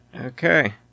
Okay